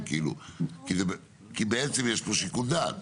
כי בעצם יש פה שיקול דעת.